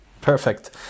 Perfect